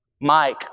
Mike